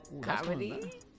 Comedy